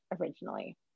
originally